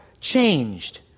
changed